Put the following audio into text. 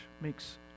makes